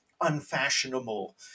unfashionable